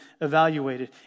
evaluated